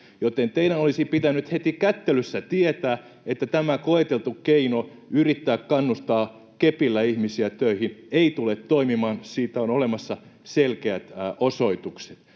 jälkeen. Teidän olisi pitänyt heti kättelyssä tietää, että tämä koeteltu keino yrittää kannustaa kepillä ihmisiä töihin ei tule toimimaan. Siitä on olemassa selkeät osoitukset.